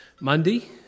monday